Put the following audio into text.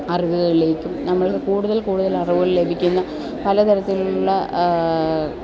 അറിവുകളിലേക്കും നമ്മൾക്ക് കൂടുതൽ കൂടുതൽ അറിവുകൾ ലഭിക്കുന്ന പലതരത്തിലുള്ള